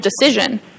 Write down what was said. decision